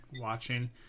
watching